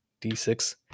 D6